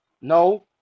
No